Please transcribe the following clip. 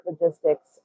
logistics